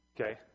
Okay